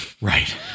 Right